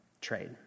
trade